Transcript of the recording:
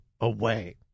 away